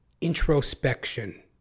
introspection